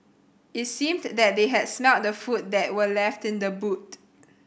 it seemed that they had smelt the food that were left in the boot